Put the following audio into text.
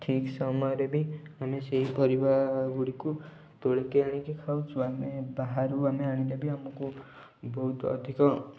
ଠିକ୍ ସମୟରେ ବି ଆମେ ସେହି ପରିବା ଗୁଡ଼ିକୁ ତୋଳିକି ଆଣିକି ଖାଉଛୁ ଆମେ ବାହାରୁ ଆମେ ଆଣିଲେ ବି ଆମକୁ ବହୁତ ଅଧିକ